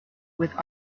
with